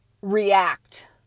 react